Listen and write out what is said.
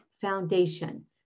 foundation